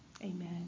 Amen